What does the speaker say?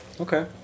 Okay